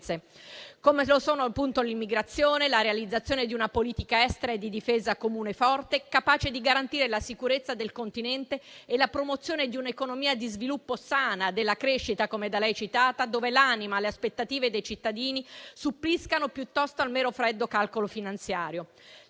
riferisco, appunto, all'immigrazione, alla realizzazione di una politica estera e di difesa comune forte, capace di garantire la sicurezza del Continente e la promozione di un'economia di sviluppo sana, della crescita, come da lei citata, dove l'anima e le aspettative dei cittadini suppliscano piuttosto al mero e freddo calcolo finanziario.